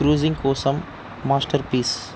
cruising కోసం masterpiece